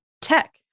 tech